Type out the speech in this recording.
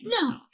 No